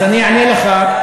אז אני אענה לך.